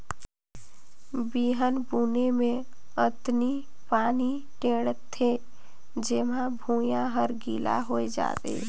बिहन बुने मे अतनी पानी टेंड़ थें जेम्हा भुइयां हर गिला होए जाये